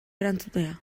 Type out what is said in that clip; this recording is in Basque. erantzutea